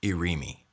Irimi